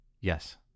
Yes